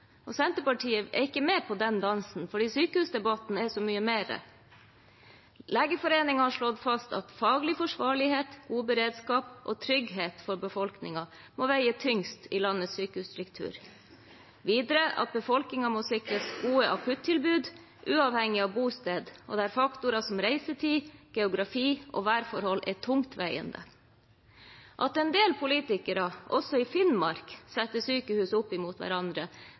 Alta. Senterpartiet er ikke med på den dansen, fordi sykehusdebatten er så mye mer. Legeforeningen har slått fast at: «Faglig forsvarlighet, god beredskap og trygghet for befolkningen må veie tyngst i landets sykehusstruktur.» Videre sier de: «Befolkningen må sikres gode akuttilbud uavhengig av bosted.» Faktorer som «reisetid, geografi og værforhold er tungtveiende», sier de videre. At en del politikere, også i Finnmark, setter sykehus opp mot hverandre,